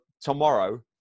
tomorrow